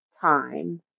time